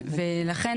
ולכן,